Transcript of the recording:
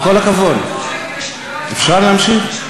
עם כל הכבוד, אפשר להמשיך?